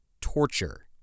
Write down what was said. torture